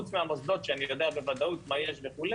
חוץ מהמוסדות, שאני יודע בוודאות מה יש וכו',